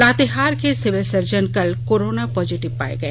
लातेहार के civil surgeon कल corona positive पाए गए